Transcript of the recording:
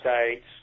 States